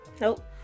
Nope